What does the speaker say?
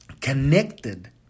connected